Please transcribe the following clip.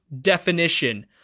definition